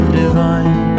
divine